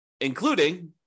including